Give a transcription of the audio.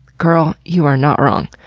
girl, you are not wrong.